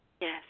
Yes